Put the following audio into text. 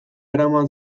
eraman